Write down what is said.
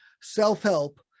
self-help